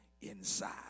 inside